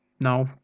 No